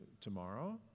tomorrow